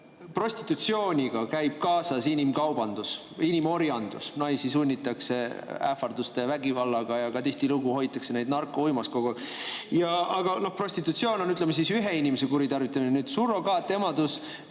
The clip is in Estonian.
prostitutsiooniga käib kaasas inimkaubandus, inimorjandus. Naisi sunnitakse ähvarduste ja vägivallaga ning tihtilugu hoitakse neid kogu aeg narkouimas. Prostitutsioon on, ütleme, ühe inimese kuritarvitamine. Surrogaatemaduse